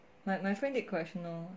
like my friend did correctional